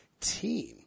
team